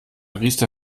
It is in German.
riester